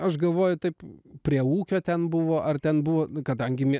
aš galvoju taip prie ūkio ten buvo ar ten buvo kadangi mie